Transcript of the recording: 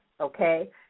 okay